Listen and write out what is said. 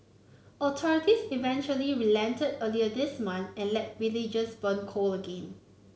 authorities eventually relented earlier this month and let villagers burn coal again